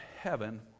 heaven